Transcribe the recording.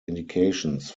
indications